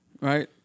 Right